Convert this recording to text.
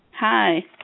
Hi